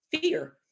fear